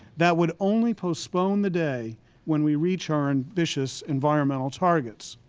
that would only postpone the day when we reach our and ambitious environmental targets.